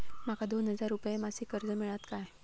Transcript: माका दोन हजार रुपये मासिक कर्ज मिळात काय?